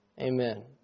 Amen